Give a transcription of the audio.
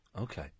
Okay